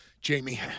Jamie